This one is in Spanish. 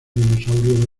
dinosaurio